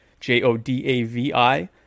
J-O-D-A-V-I